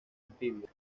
anfibios